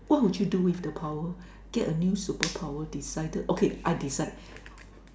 what would you do with the power get a new superpower decided okay I decide